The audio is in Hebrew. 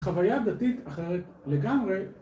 חוויה דתית אחרת לגמרי